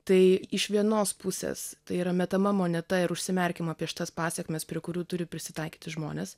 tai iš vienos pusės tai yra metama moneta ir užsimerkiama prieš tas pasekmes prie kurių turi prisitaikyti žmonės